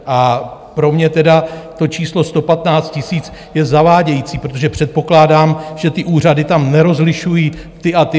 A pro mě tedy to číslo 115 000 je zavádějící, protože předpokládám, že úřady tam nerozlišují ty a ty.